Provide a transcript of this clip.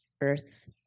earth